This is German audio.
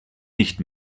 nicht